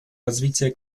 развитие